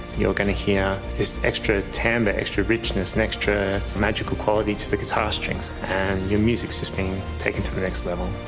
you're going to hear this extra timbre, extra richness an extra magical quality to the guitar strings, and your music is just being taken to the next level.